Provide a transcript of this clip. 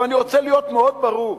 אני רוצה להיות מאוד ברור: